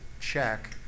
check